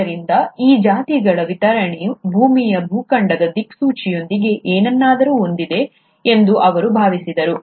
ಆದ್ದರಿಂದ ಈ ಜಾತಿಗಳ ವಿತರಣೆಯು ಭೂಮಿಯ ಭೂಖಂಡದ ದಿಕ್ಚ್ಯುತಿಯೊಂದಿಗೆ ಏನನ್ನಾದರೂ ಹೊಂದಿದೆ ಎಂದು ಅವರು ಭಾವಿಸಿದರು